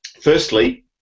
firstly